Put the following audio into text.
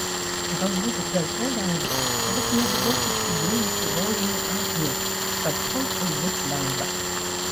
galbūt dėl to lengva kad aš nebuvau užsidėjusi rožinių akinių kad oi kaip bus lengva